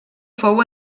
fou